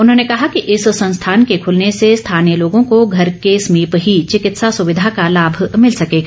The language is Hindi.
उन्होंने कहा कि इस संस्थान के खुलने से स्थानीय लोगों को घर के समीप ही विकित्सा सुविधा का लाभ मिल सकेगा